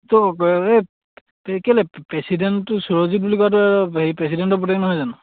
তোৰ এই কেলৈ প্ৰেচিডেণ্টটো সুৰজিত বুলি কোৱাটো হেৰি প্ৰেচিডেণ্টৰ পুতেক নহয় জানো